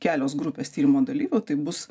kelios grupės tyrimo dalyvių tai bus